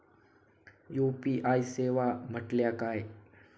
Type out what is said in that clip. UPI सेवा म्हटल्या काय?